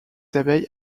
abeilles